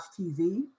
TV